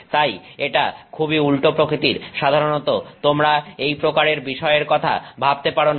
তাই এটা খুবই উল্টো প্রকৃতির সাধারণত তোমরা এই প্রকারের বিষয়ের কথা ভাবতে পারোনা